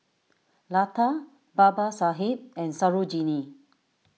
Lata Babasaheb and Sarojini